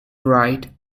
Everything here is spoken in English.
write